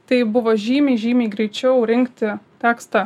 tai buvo žymiai žymiai greičiau rinkti tekstą